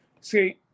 See